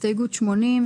הסתייגות 80,